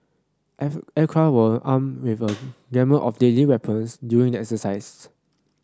aircraft were armed with a gamut of deadly weapons during the exercise